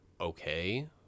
okay